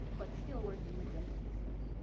but still working within the system.